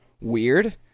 weird